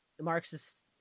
Marxist